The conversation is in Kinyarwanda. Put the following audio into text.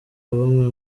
bamwe